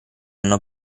hanno